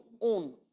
own